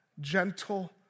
gentle